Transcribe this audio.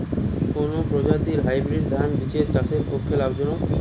কোন প্রজাতীর হাইব্রিড ধান বীজ চাষের পক্ষে লাভজনক?